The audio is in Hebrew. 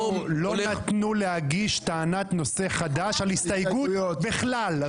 לנו לא נתנו להגיש טענת נושא חדש על הסתייגות בכלל,